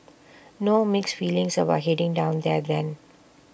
no mixed feelings about heading down there then